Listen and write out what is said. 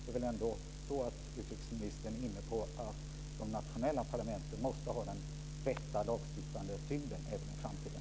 Utrikesministern verkar ändå vara inställd på att de nationella parlamenten måste ha den rätta lagstiftande tyngden också i framtiden.